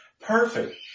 perfect